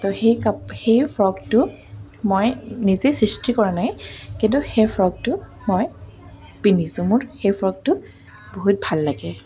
তো সেই কাপ সেই ফ্ৰকটো মই নিজেই সৃষ্টি কৰা নাই কিন্তু সেই ফ্ৰকটো মই পিন্ধিছো মোৰ সেই ফ্ৰকটো বহুত ভাল লাগে